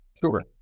Sure